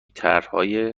طرحهای